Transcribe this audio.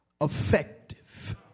effective